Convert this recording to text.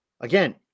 again